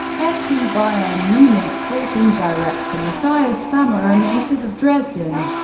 fc bayern munich sporting director matthias sammer, a native of dresden,